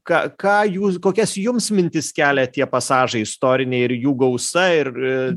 ką ką jūs kokias jums mintis kelia tie pasažai istoriniai ir jų gausa ir